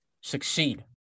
succeed